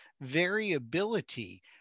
variability